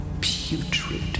putrid